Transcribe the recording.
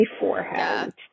beforehand